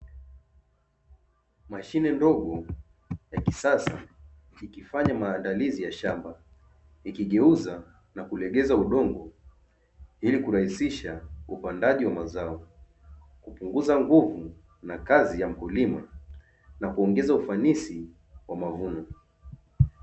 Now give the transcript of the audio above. Mashine ndogo ya kisasa ikifanya maandalizi ya shamba, ikigeuza na kulegeza udongo ili kurahisisha upandaji wa mazao, kupunguza nguvu na kazi ya mkulima na kuongeza ufanisi wa mavuno.